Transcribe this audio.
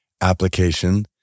application